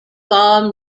farm